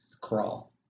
crawl